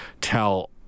Tell